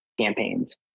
campaigns